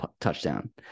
touchdown